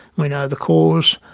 we know the cause,